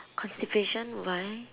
constipation why